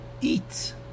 Eat